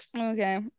Okay